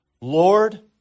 Lord